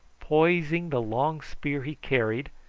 poising the long spear he carried,